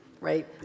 right